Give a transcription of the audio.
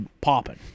popping